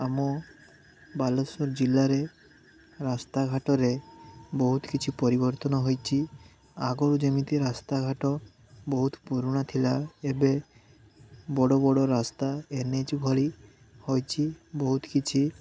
ଆମ ବାଲେଶ୍ୱର ଜିଲ୍ଲାରେ ରାସ୍ତା ଘାଟରେ ବହୁତ କିଛି ପରିବର୍ତ୍ତନ ହୋଇଛି ଆଗରୁ ଯେମିତି ରାସ୍ତା ଘାଟ ବହୁତ ପୁରୁଣା ଥିଲା ଏବେ ବଡ଼ ବଡ଼ ରାସ୍ତା ଏନ୍ ଏଚ୍ ଭଳି ହୋଇଛି ବହୁତ କିଛି